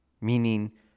Meaning